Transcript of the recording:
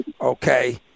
okay